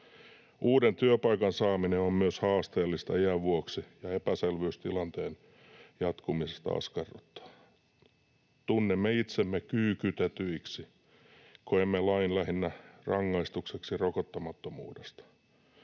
Uuden työpaikan saaminen on myös haasteellista iän vuoksi, ja epäselvyys tilanteen jatkumisesta askarruttaa. Tunnemme itsemme kyykytetyiksi. Koemme lain lähinnä rangaistukseksi rokottamattomuudesta.